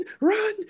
run